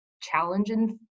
challenging